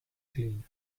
clean